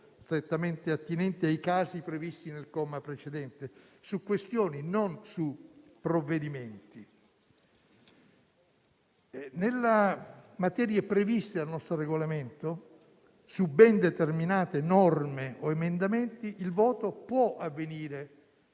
strettamente attinenti ai casi previsti nel comma precedente. Su questioni, non su provvedimenti. Nelle materie previste dal nostro Regolamento, su ben determinate norme o emendamenti, il voto può avvenire